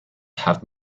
have